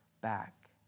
back